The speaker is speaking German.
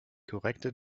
korrekte